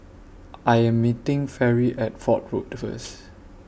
I Am meeting Fairy At Fort Road First